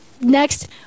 next